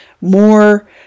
more